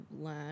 learn